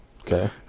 Okay